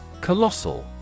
Colossal